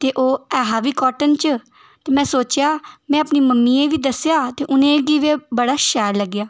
ते ओह् है हा बी काटन च ते में सोचेआ में अपनी मम्मी गी बी दस्सेआ ते उ'नें गी बी बड़ा शैल लग्गेआ